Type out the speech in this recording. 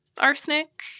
arsenic